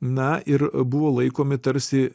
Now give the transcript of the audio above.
na ir buvo laikomi tarsi